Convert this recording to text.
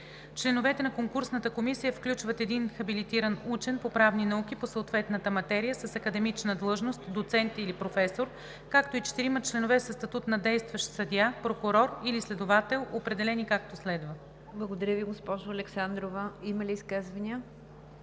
„Членовете на конкурсната комисия включват един хабилитиран учен по правни науки по съответната материя с академична длъжност доцент или професор, както и четирима членове със статут на действащ съдия, прокурор или следовател, определени, както следва:“ ПРЕДСЕДАТЕЛ НИГЯР ДЖАФЕР: Има ли изказвания?